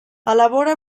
elabora